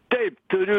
taip turiu